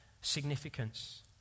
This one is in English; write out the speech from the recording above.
significance